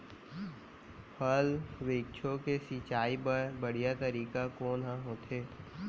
फल, वृक्षों के सिंचाई बर बढ़िया तरीका कोन ह होथे?